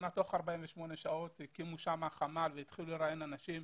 וכמעט תוך 48 שעות הקימו של חמ"ל והתחילו לראיין אנשים.